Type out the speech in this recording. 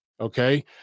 okay